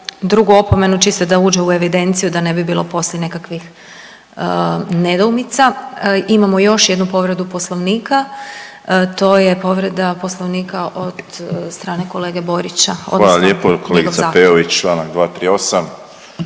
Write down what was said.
drugu opomenu čisto da uđe u evidenciju, da ne bi bilo poslije nekakvih nedoumica. Imamo još jednu povredu Poslovnika. To je povreda Poslovnika od strane kolege Borića, odnosno njegov zahtjev.